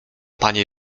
panie